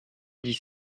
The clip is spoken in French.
dix